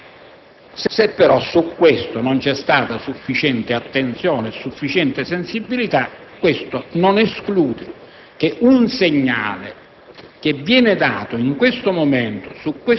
inopportunamente utilizzate. Se, però, su questo non c'è stata sufficiente attenzione e sensibilità, ciò non esclude che il segnale